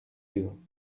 you